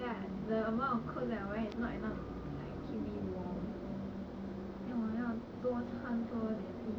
like sometimes so cold right like the amount of clothes that I wear is not enough to like keep me warm